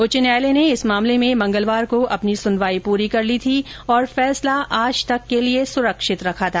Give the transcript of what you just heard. उच्च न्यायालय ने इस मामले में मंगलवार को अपनी सुनवाई पूरी कर ली थी और फैसला आज तक के लिए सुरक्षित रखा था